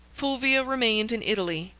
fulvia remained in italy.